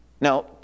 Now